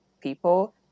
people